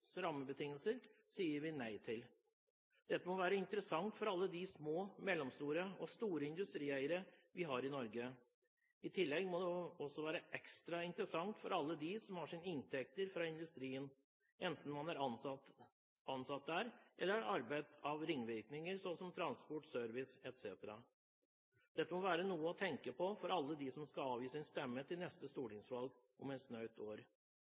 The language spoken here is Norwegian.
rammebetingelser sier vi nei til. Dette må være interessant for alle de små, mellomstore og store industrieierne vi har i Norge. I tillegg må det være ekstra interessant for alle dem som har sine inntekter fra industrien, enten man er ansatt der eller har arbeid av ringvirkninger, som transport, service etc. Dette må være noe å tenke på for alle dem som skal avgi sin stemme ved neste stortingsvalg om et snaut år.